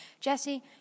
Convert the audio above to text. Jesse